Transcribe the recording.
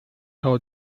how